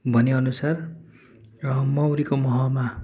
भने अनुसार र मौरीको महमा